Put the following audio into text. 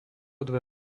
dve